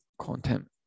content